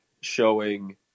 showing